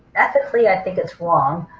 ethically i think it's wrong